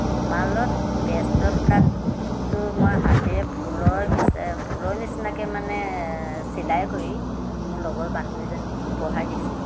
ৰুমালত best of লাকটো মই হাতেৰে ফুলৰ ফুলৰ নিচিনাকৈ মানে চিলাই কৰি মোৰ লগৰ বান্ধৱীজনীক উপহাৰ দিছিলোঁ